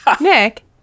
Nick